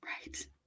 right